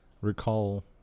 recall